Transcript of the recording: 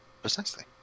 Precisely